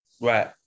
Right